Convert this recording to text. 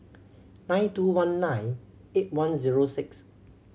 nine two one nine eight one zero six